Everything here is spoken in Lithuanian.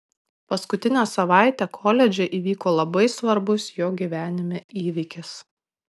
paskutinę savaitę koledže įvyko labai svarbus jo gyvenime įvykis